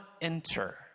enter